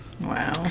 Wow